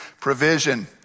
provision